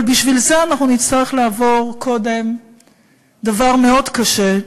אבל בשביל זה אנחנו נצטרך לעבור קודם דבר מאוד קשה,